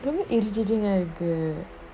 women me judging eh